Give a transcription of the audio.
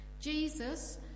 Jesus